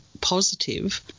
positive